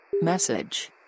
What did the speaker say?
Message